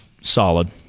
solid